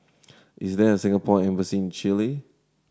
is there a Singapore Embassy in Chile